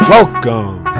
Welcome